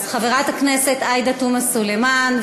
חברת הכנסת עאידה תומא סלימאן,